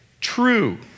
true